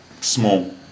Small